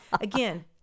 Again